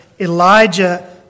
Elijah